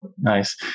Nice